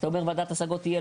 אתה אומר וועדת השגות תהיה,